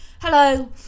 Hello